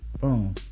Boom